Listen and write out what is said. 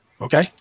Okay